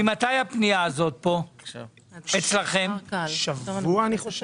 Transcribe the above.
חלק אוכלסו וחלק